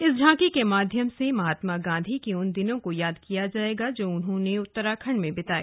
इस झांकी के माध्यम से महात्मा गांधी के उन दिनों को याद किया जाएगा जो उन्होंने उत्तराखंड में बिताए